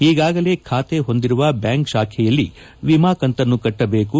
ಈಗಾಗಲೇ ಬಾತೆ ಹೊಂದಿರುವ ಬ್ಯಾಂಕ್ ಶಾಖೆಯಲ್ಲಿ ವಿಮಾ ಕಂತನ್ನು ಕಟ್ಟಬೇಕು